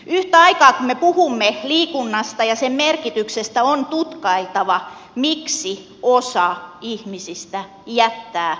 yhtä aikaa kun me puhumme liikunnasta ja sen merkityksestä on tutkailtava miksi osa ihmisistä jättää liikkumatta